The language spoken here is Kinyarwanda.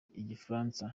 igifaransa